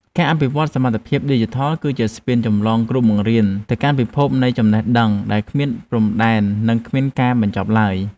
ការអភិវឌ្ឍសមត្ថភាពឌីជីថលគឺជាស្ពានចម្លងគ្រូបង្រៀនទៅកាន់ពិភពនៃចំណេះដឹងដែលគ្មានព្រំដែននិងគ្មានការបញ្ចប់ឡើយ។